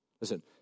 Listen